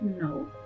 no